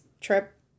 trip